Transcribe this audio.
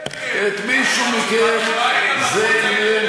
את מישהו מכם זה עניין?